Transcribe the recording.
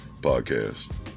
podcast